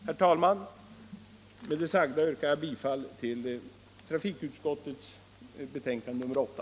Herr talman! Med det sagda yrkar jag bifall till trafikutskottets hemställan i betänkandet nr 8.